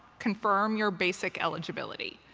confirm your basic eligibility.